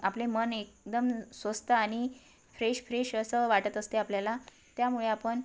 आपले मन एकदम स्वस्थ आणि फ्रेश फ्रेश असं वाटत असते आपल्याला त्यामुळे आपण